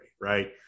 right